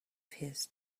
his